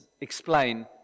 explain